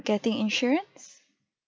getting insurance